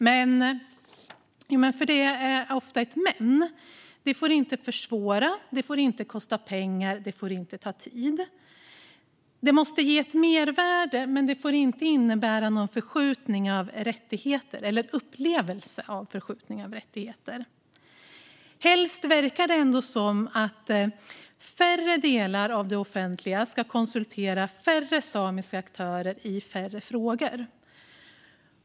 Men - för det är ofta ett men - det får inte försvåra, det får inte kosta pengar och det får inte ta tid. Det måste ge ett mervärde, men det får inte innebära någon förskjutning av rättigheter, eller någon upplevelse av förskjutning av rättigheter. Det verkar som att helst ska färre delar av det offentliga konsultera färre samiska aktörer i färre frågor.